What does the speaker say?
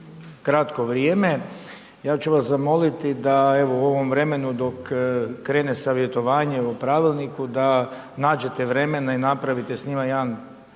kratko vrijeme, ja ću vas zamoliti, da evo u ovom vremenu, dok, krene savjetovanje o pravilniku, da nađete vremena i napravite s njima,